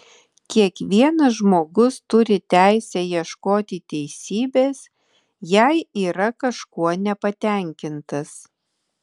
kiekvienas žmogus turi teisę ieškoti teisybės jei yra kažkuo nepatenkintas